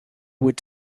would